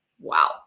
Wow